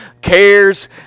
cares